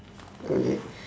okay